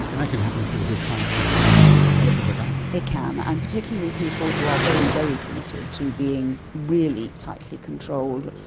and that can happen to people who are trying too hard to keep their blood sugar down. yes, it can, and particularly people who are very, very committed to being really tightly controlled.